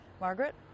Margaret